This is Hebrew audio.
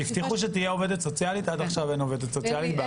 הבטיחו שתהיה עובדת סוציאלית ועד עכשיו אין עובדת סוציאלית באכיפה.